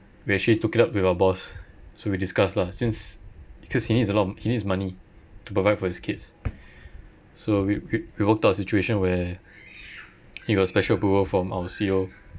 we actually took it up with our boss so we discuss lah since because he needs a lot of he needs money to provide for his kids so we we we worked out a situation where he got special approval from our C_O